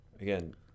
again